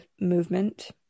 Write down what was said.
movement